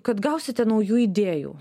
kad gausite naujų idėjų